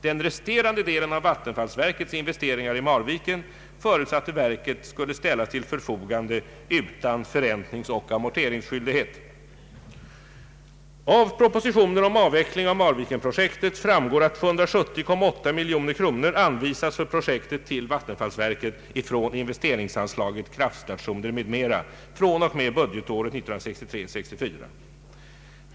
Den resterande delen av vattenfallsverkets investeringar i Marviken förutsatte verket skulle ställas till förfogande utan förräntningsoch amorteringsskyldighet. Av propositionen om avveckling av Marviksprojektet framgår att 270,8 miljoner kronor anvisats för projektet till vattenfallsverket från investeringsanslaget Kraftstationer m.m. fr.o.m. budgetåret 1963/64.